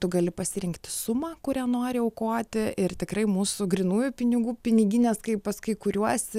tu gali pasirinkti sumą kurią nori aukoti ir tikrai mūsų grynųjų pinigų piniginės kai pas kai kuriuos